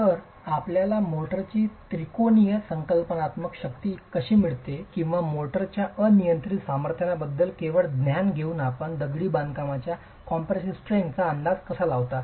तर आपल्याला मोर्टारची त्रिकोणीय संकल्पनात्मक शक्ती कशी मिळते किंवा मोर्टारच्या अनियंत्रित सामर्थ्याबद्दल केवळ ज्ञान घेऊन आपण दगडी बांधकामाच्या कॉम्प्रेसीव स्ट्रेंग्थ अंदाज कसा लावता